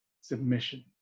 submission